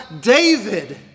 David